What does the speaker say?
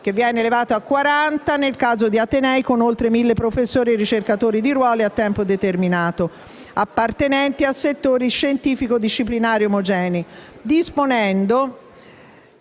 che viene elevato a 40 nel caso di atenei con oltre 1.000 professori, ricercatori di ruolo e ricercatori a tempo determinato, appartenenti a settori scientifico-disciplinari omogenei. Con